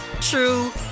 true